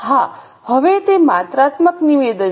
હા હવે તે માત્રાત્મક નિવેદન છે